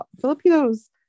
Filipinos